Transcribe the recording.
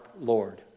Lord